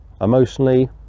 emotionally